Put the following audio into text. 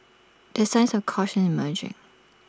there signs of caution emerging